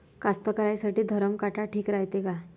कास्तकाराइसाठी धरम काटा ठीक रायते का?